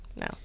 no